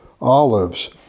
Olives